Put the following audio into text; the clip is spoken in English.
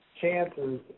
chances